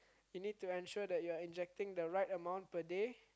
you need to ensure that you're injecting the right amount per day